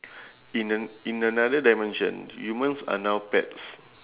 in an~ in another dimension humans are now pets